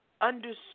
understood